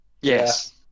Yes